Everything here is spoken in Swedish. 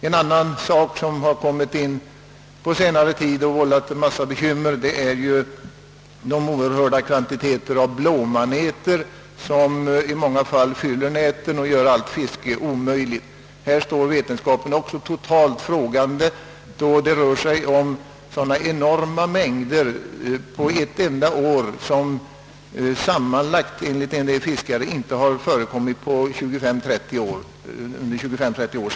En annan sak, som har tillkommit på senare tid och som har vållat en mängd bekymmer, är de oerhörda kvantiteter av blåmaneter som i många fall fyller näten och gör allt fiske omöjligt. Även här står vetenskapen totalt frågande. På ett enda år rör det sig om sådana enorma mängder som motsvarar den normala förekomsten under sammanlagt 25—30 år enligt en del fiskare.